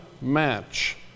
match